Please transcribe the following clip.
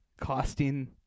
costing